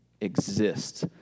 exist